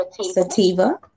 sativa